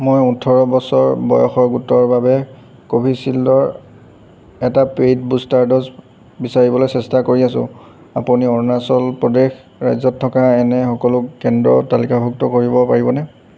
মই ওঠৰ বছৰ বয়সৰ গোটৰ বাবে কোভিচিল্ডৰ এটা পে'ইড বুষ্টাৰ ড'জ বিচাৰিবলৈ চেষ্টা কৰি আছো আপুনি অৰুণাচল প্ৰদেশ ৰাজ্যত থকা এনে সকলো কেন্দ্ৰ তালিকাভুক্ত কৰিব পাৰিবনে